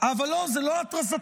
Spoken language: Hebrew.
אבל לא, זה לא התרסתי.